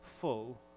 full